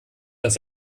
das